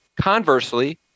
Conversely